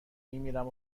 میمیرم